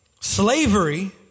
slavery